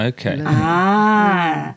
Okay